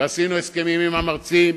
ועשינו הסכמים עם המרצים,